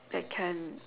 that can